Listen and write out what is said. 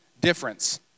difference